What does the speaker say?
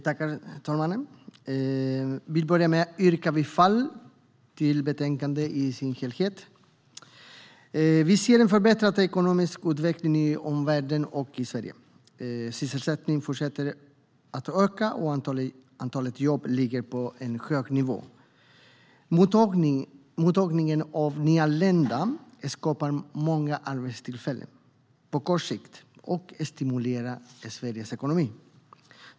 Herr talman! Jag vill börja med att yrka bifall till utskottets förslag i sin helhet i betänkandet. Vi ser en förbättrad ekonomisk utveckling i omvärlden och i Sverige. Sysselsättningen fortsätter att öka, och antalet jobb ligger på en hög nivå. Mottagningen av nyanlända skapar många arbetstillfällen på kort sikt och stimulerar Sveriges ekonomi.